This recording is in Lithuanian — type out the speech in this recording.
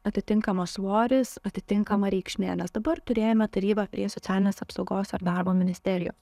atitinkamas svoris atitinkama reikšmė nes dabar turėjome tarybą prie socialinės apsaugos ir darbo ministerijos